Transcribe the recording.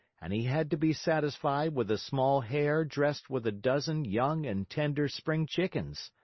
and he had to be satisfied with a small hare dressed with a dozen young and tender spring chickens.